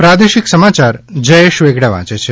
પ્રાદેશિક સમાચાર જયેશ વેગડા વાંચે છે